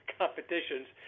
competitions